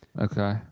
Okay